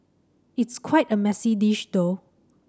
it's quite a messy dish though